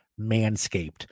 Manscaped